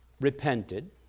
repented